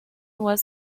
was